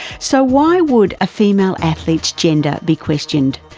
so why would a female athlete's gender be questioned,